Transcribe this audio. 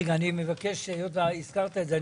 היות שהזכרת את זה,